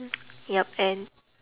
yup and